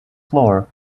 floor